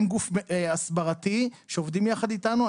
הם גוף הסברתי שעובדים יחד איתנו.